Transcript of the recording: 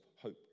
hope